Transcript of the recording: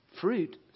Fruit